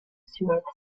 seriously